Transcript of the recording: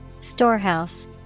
Storehouse